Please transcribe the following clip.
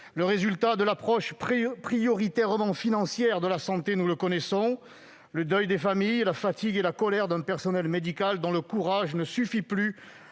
Le résultat de l'approche prioritairement financière de la santé, nous le connaissons : le deuil des familles, la fatigue et la colère d'un personnel médical dont le courage ne suffit plus